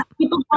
people